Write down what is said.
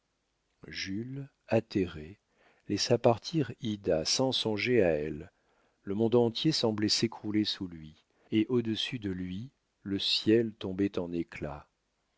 jules atterré laissa partir ida sans songer à elle le monde entier semblait s'écrouler sous lui et au-dessus de lui le ciel tombait en éclats